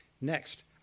Next